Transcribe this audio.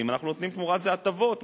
אנחנו נותנים תמורת זה הטבות,